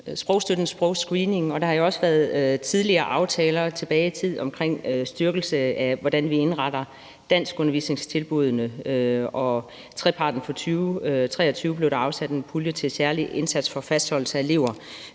sprogstøtten og sprogscreeningen: Der har jo også været tidligere aftaler omkring styrkelse af, hvordan vi indretter danskundervisningstilbuddene, og i treparten for 2023 blev der afsat en pulje til særlig indsats for fastholdelse af elever,